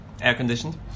air-conditioned